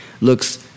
looks